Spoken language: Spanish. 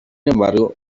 embargo